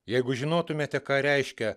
jeigu žinotumėte ką reiškia